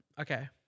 okay